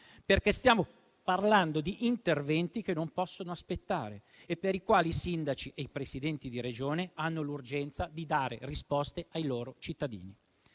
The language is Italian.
perché stiamo parlando di interventi che non possono aspettare e per i quali i sindaci e i Presidenti di Regione hanno l'urgenza di dare risposte ai loro cittadini.